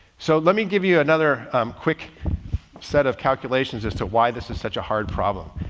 so let me give you another um quick set of calculations as to why this is such a hard problem.